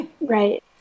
Right